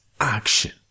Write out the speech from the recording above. action